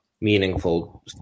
meaningful